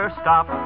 stop